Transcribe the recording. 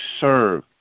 serve